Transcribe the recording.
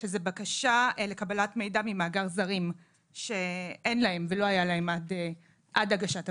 שזה בקשה לקבלת מידע ממאגר זרים שאין להם ולא היה להם עד הגשת הבקשה,